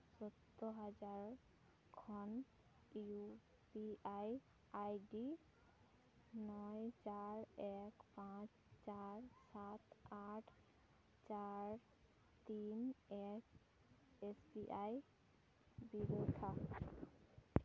ᱥᱳᱛᱛᱳᱨ ᱦᱟᱡᱟᱨ ᱠᱷᱚᱱ ᱤᱭᱩ ᱯᱤ ᱟᱭ ᱟᱭᱰᱤ ᱱᱚᱭ ᱪᱟᱨ ᱮᱠ ᱯᱟᱸᱪ ᱥᱟᱨ ᱥᱟᱛ ᱟᱴ ᱪᱟᱨ ᱛᱤᱱ ᱮᱠ ᱮᱥ ᱵᱤ ᱟᱭ ᱵᱤᱨᱛᱷᱟ